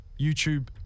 YouTube